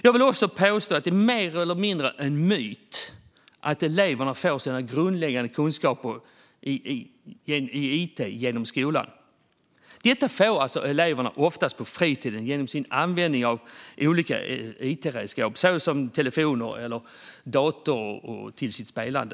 Jag vill också påstå att det är mer eller mindre en myt att elever får sina grundläggande kunskaper om it genom skolan. De kunskaperna får eleverna oftast på fritiden genom sin användning av olika it-redskap såsom telefoner och datorer för spelande.